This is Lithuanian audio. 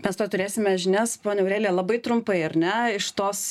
mes tuoj turėsime žinias ponia aurelija labai trumpai ar ne iš tos